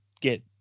get